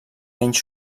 menys